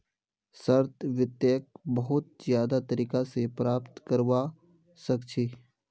short वित्तक बहुत ज्यादा तरीका स प्राप्त करवा सख छी